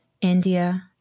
India